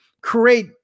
create